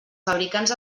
fabricants